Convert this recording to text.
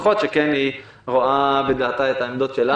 שכן היא רואה בדעתה את העמדות שלנו.